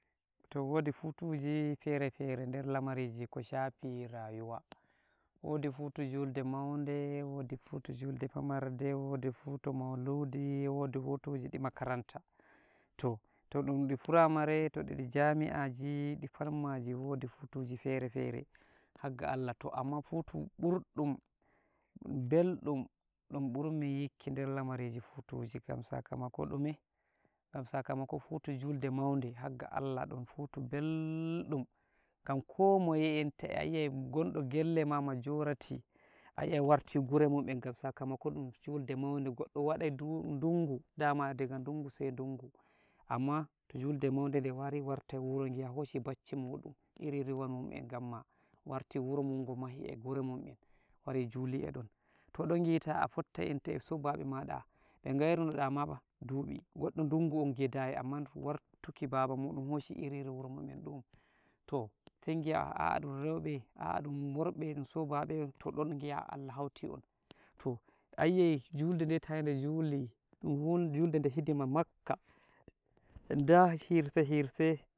To wodi futuji fere-fere der lamariji ko shafi rayuwa, wodi futu julde maunde, wodi futu julde famarde, wodi futu maulidi wodi futuji di makaranta, to, to dun di firamare, to dun di jami'aji di fat maji wodi futuji fere-fere haga Allah to amma futu burɗum belɗum dun murmi yikki der lamariji futuji gam sakamako ɗume, gam sakamako julde maude haga Allah dun futu beldum, gam komoye enta ayi'ai gondo gelle ma majority ayi'ai warti guremun en gam sakamako ɗun julde maude, goɗɗo wadai dungu, dama daga dungu sai dungu amma to julde maude den wari wartai wuro giya hoshi baccimuɗum iririwamun e gamma warti wuromun go mahi e guremun en wari juli e ɗon, to ɗon gita a fottai enta sobaɓe maɗa be gairunoda ma dubi, goɗɗo dungo on gidayi amma to wartuki baba mun en hoshi iririwuromun en ɗun to sai gi'a a'a ɗun reube a'a ɗun worɓe dun sobaɓe to don gi'a Allah hauti on to ayi'ai julde de tayi de juli dun julde de hidima makkah da hirse-hirse.